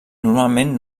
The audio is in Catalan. normalment